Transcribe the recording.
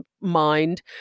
mind